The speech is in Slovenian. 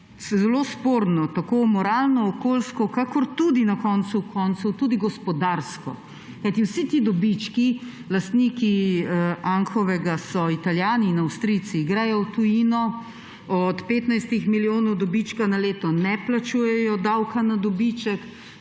zelo sporno tako moralno, okoljsko kakor tudi na koncu koncev gospodarsko. Kajti vsi ti dobički – lastniki Anhovega so Italijani in Avstrijci – gredo v tujino, od 15 milijonov dobička na leto ne plačujejo davka na dobiček,